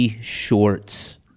shorts